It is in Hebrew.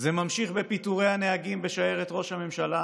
זה ממשיך בפיטורי הנהגים בשיירת ראש הממשלה,